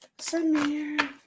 Samir